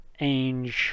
Ainge